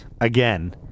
again